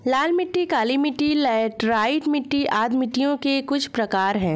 लाल मिट्टी, काली मिटटी, लैटराइट मिट्टी आदि मिट्टियों के कुछ प्रकार है